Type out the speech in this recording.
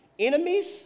Enemies